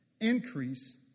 increase